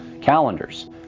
calendars